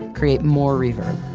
create more reverb